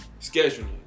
scheduling